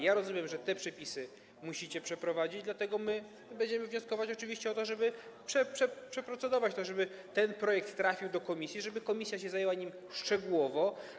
Ja rozumiem, że te przepisy musicie przeprowadzić, dlatego my będziemy wnioskować oczywiście o to, żeby nad tym procedować, żeby ten projekt trafił do komisji i żeby komisja zajęła się nim szczegółowo.